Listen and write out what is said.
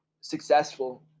successful